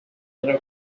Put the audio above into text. little